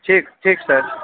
ٹھیک ٹھیک سر